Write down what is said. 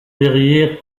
verrière